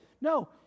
No